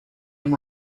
and